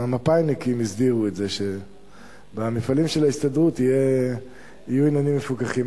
המפא"יניקים הסדירו את זה שבמפעלים של ההסתדרות יהיו מוצרים מפוקחים.